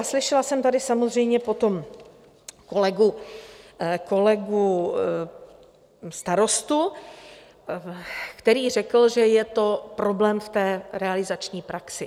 Slyšela jsem tady samozřejmě potom kolegu starostu, který řekl, že je to problém v realizační praxi.